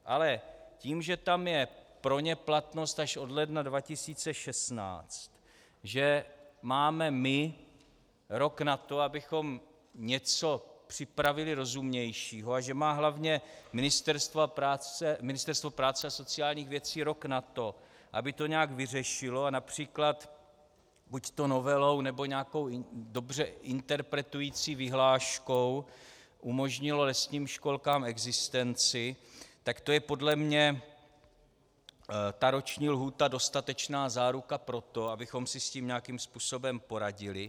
Ale tím, že tam je pro ně platnost až od ledna 2016, že máme my rok na to, abychom připravili něco rozumnějšího, a že má hlavně Ministerstvo práce a sociálních věcí rok na to, aby to nějak vyřešilo např. buď novelou, nebo nějakou dobře interpretující vyhláškou, umožnilo lesním školkám existenci, tak to je podle mě ta roční lhůta dostatečná záruka pro to, abychom si s tím nějakým způsobem poradili.